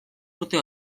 urte